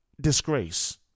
disgrace